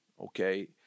Okay